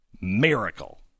Miracle